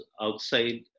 outside